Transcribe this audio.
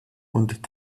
und